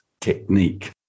technique